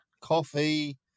coffee